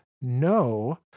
no